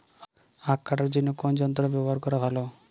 আঁখ কাটার জন্য কোন যন্ত্র ব্যাবহার করা ভালো?